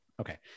Okay